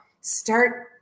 start